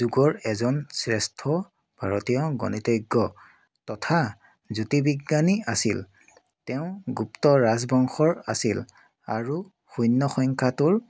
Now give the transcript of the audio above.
যুগৰ এজন শ্ৰেষ্ঠ ভাৰতীয় গণিতজ্ঞ তথা জ্যোতিৰ্বিজ্ঞানী আছিল তেওঁ গুপ্ত ৰাজবংশৰ আছিল আৰু শূন্য সংখ্যাটোৰ